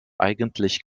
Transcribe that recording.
eigentlich